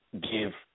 give